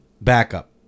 backup